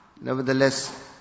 Nevertheless